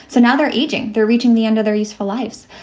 so now they're aging. they're reaching the end of their useful lives.